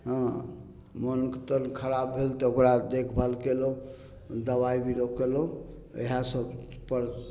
हँ मोन तोन खराब भेल तऽ ओकरा देखभाल कएलहुँ दवाइ बिरो कएलहुँ इएहसबपर